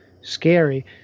scary